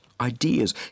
ideas